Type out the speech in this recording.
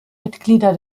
mitglieder